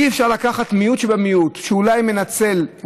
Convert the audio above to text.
אי-אפשר לקחת מיעוט שבמיעוט שאולי מנצל,